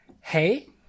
Hey